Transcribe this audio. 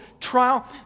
trial